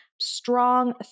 strong